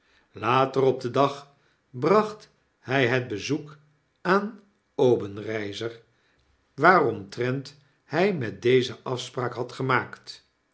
later op den dag bracht hij het bezoek aan obenreizer waaromtrent hjj met dezen afspraak had gemaakt